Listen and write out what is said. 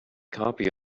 copy